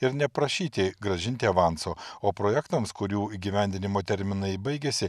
ir neprašyti grąžinti avanso o projektams kurių įgyvendinimo terminai baigėsi